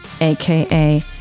aka